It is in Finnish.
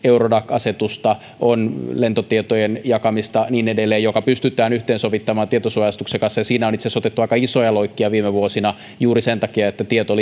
asetusta on lentotietojen jakamista ja niin edelleen jotka pystytään yhteensovittamaan tietosuoja asetuksen kanssa ja siinä on itse asiassa otettu aika isoja loikkia viime vuosina juuri sen takia että tieto